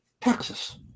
Texas